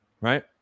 right